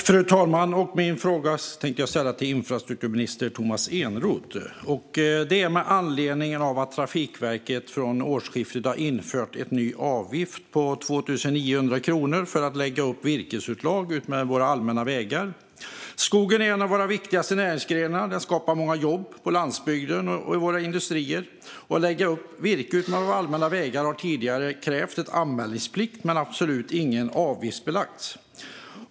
Fru talman! Jag tänker ställa min fråga till infrastrukturminister Tomas Eneroth med anledning av att Trafikverket från årsskiftet har infört en ny avgift på 2 900 kronor för att lägga upp virkesupplag utmed våra allmänna vägar. Skogen är en av våra viktigaste näringsgrenar. Den skapar många jobb på landsbygden och i våra industrier. För att lägga upp virke utmed våra allmänna vägar har det tidigare varit anmälningsplikt, men det har absolut inte varit avgiftsbelagt.